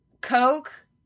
Coke